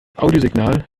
audiosignal